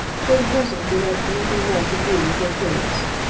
for the present, we have nothing more to do with your case